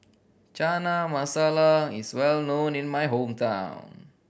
Chana Masala is well known in my hometown